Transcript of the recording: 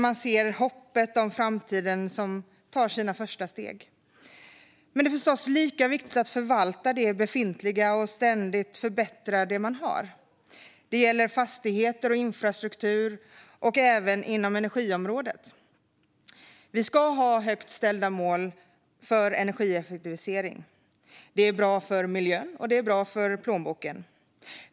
Man ser hoppet om framtiden, som tar sina första steg. Men det är förstås lika viktigt att förvalta det befintliga och ständigt förbättra det man har. Det gäller fastigheter och infrastruktur. Det gäller även inom energiområdet. Vi ska ha högt ställda mål för energieffektivisering. Det är bra för miljön, och det är bra för plånboken.